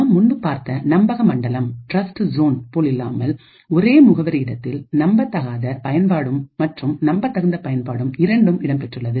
நாம் முன்பு பார்த்த நம்பகமண்டலம் போல் இல்லாமல் ஒரே முகவரி இடத்தில் நம்பத்தகாத பயன்பாடும் மற்றும் நம்பத்தகுந்த பயன்பாடும் இரண்டும் இடம் பெற்றுள்ளது